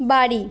বাড়ি